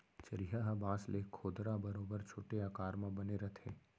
चरिहा ह बांस ले खोदरा बरोबर छोटे आकार म बने रथे